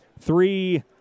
three